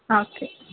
ಹಾಂ ಓಕೆ